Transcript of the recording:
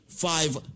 five